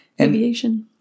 Aviation